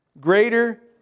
Greater